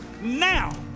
now